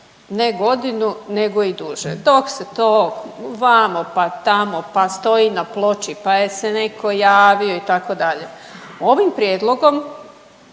ne godinu nego i duže. Dok se to vamo pa tamo pa stoji na ploči, pa jel se neko javio itd. ovim prijedlogom